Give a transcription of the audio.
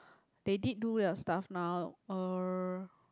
they did do your stuff now uh